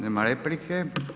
Nema replike.